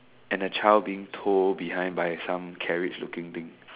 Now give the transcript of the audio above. and a child being tow behind by some carriage looking thing